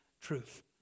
truth